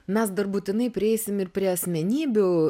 mes dar būtinai prieisim ir prie asmenybių